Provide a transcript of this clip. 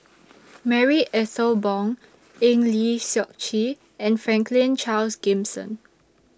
Marie Ethel Bong Eng Lee Seok Chee and Franklin Charles Gimson